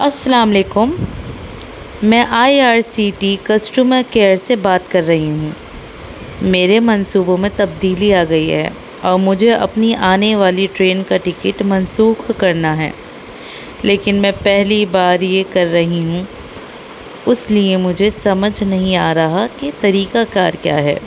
السلام علیکم میں I R C T customer care سے بات کر رہی ہوں میرے منصوبوں میں تبدیلی آ گئی ہے اور مجھے اپنی آنے والی ٹرین کا ٹکٹ منسوخ کرنا ہے لیکن میں پہلی بار یہ کر رہی ہوں اس لیے مجھے سمجھ نہیں آ رہا کہ طریقہ کار کیا ہے